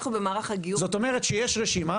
אנחנו במערך הגיור --- זאת אומרת שיש רשימה